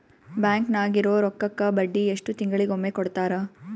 Bank ನಾಗಿರೋ ರೊಕ್ಕಕ್ಕ ಬಡ್ಡಿ ಎಷ್ಟು ತಿಂಗಳಿಗೊಮ್ಮೆ ಕೊಡ್ತಾರ?